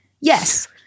Yes